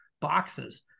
boxes